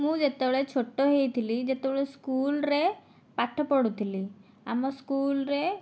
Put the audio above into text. ମୁଁ ଯେତେବେଳେ ଛୋଟ ହୋଇଥିଲି ଯେତେବଳେ ସ୍କୁଲରେ ପାଠ ପଢୁଥିଲି ଆମ ସ୍କୁଲରେ